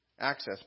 access